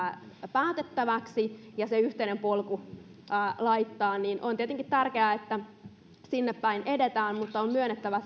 päätettäväksi ja se yhteinen polku laitettavaksi ja on tietenkin tärkeää että sinne päin edetään mutta on myönnettävä